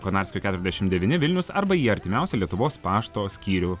konarskio keturiasdešim devyni vilnius arba į artimiausią lietuvos pašto skyrių